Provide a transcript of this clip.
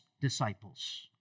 disciples